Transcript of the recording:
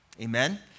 Amen